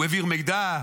הוא העביר מידע,